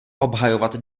obhajovat